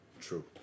True